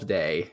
day